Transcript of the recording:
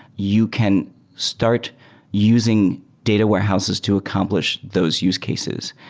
you can start using data warehouses to accomplish those use cases.